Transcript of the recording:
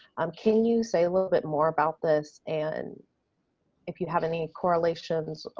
um can you say a little bit more about this and if you have any correlations,